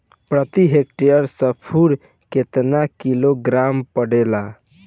प्रति हेक्टेयर स्फूर केतना किलोग्राम पड़ेला?